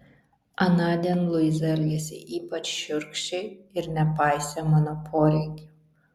anądien luiza elgėsi ypač šiurkščiai ir nepaisė mano poreikių